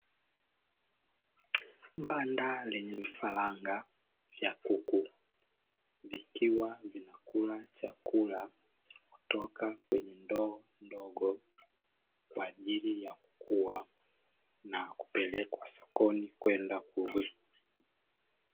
Banda lenye vifaranga vya kuku vikiwa vinakula chakula kutoka kwenye ndoo ndogo, kwa ajili ya kukua na kupelekwa sokoni kwenda kuuzwa.